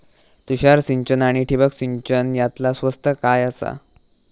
तुषार सिंचन आनी ठिबक सिंचन यातला स्वस्त काय आसा?